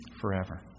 forever